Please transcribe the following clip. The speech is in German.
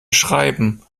schreiben